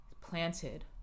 planted